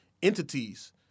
entities